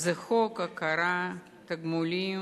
זה חוק הכרה בתגמולים